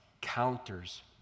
counters